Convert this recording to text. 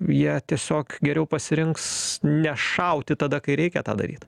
jie tiesiog geriau pasirinks nešauti tada kai reikia tą daryt